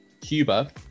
Cuba